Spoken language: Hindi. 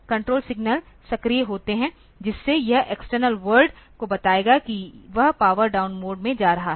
कण्ट्रोल सिग्नल सक्रिय होते हैं जिससे यह एक्सटर्नल वर्ल्ड को बताएगा कि वह पावर डाउन मोड में जा रहा है